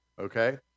okay